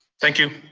thank you.